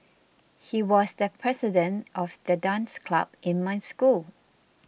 he was the president of the dance club in my school